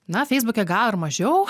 na feisbuke gal ir mažiau